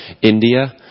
India